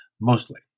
mostly